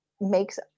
makes